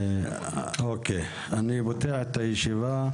אני פותח את הישיבה.